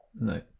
no